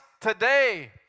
today